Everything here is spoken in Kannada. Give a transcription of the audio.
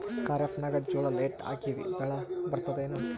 ಖರೀಫ್ ನಾಗ ಜೋಳ ಲೇಟ್ ಹಾಕಿವ ಬೆಳೆ ಬರತದ ಏನು?